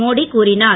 மோடி கூறினார்